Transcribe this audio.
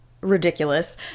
ridiculous